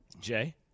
jay